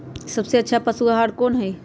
सबसे अच्छा पशु आहार कोन हई?